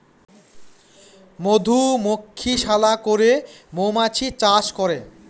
মধুমক্ষিশালা করে মৌমাছি চাষ করে